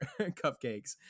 cupcakes